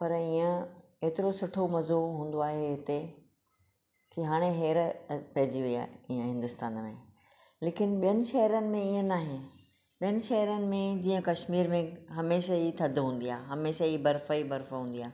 पर ईअं हेतिरो सुठो मज़ो हूंदो आहे हिते की हाड़े हेर पइजी वई आहे ईअं हिंदुस्तान में लेकिन ॿियनि शहरनि में ईअं नाहे ॿियनि शहरनि में जीअं कश्मीर में हमेशह ई थधि हूंदी आहे हमेशह ई बर्फ़ ई बर्फ़ हूंदी आहे